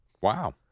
Wow